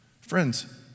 friends